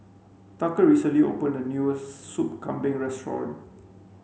Tucker recently opened a new sup kambing restaurant